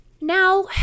Now